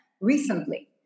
recently